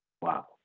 wow